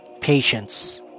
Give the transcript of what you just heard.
Patience